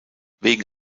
wegen